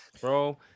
bro